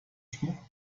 schmuck